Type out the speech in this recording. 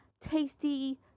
tasty